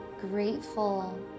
grateful